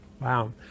wow